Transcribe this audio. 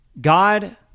God